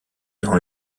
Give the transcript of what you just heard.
dans